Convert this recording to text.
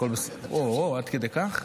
אוהו, עד כדי כך?